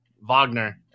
Wagner